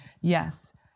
yes